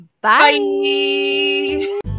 Bye